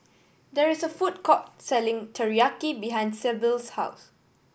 there is a food court selling Teriyaki behind Syble's house